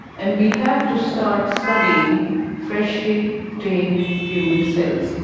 and we have to start studying freshly-obtained human cells.